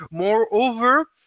Moreover